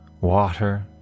water